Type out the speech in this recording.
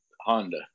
Honda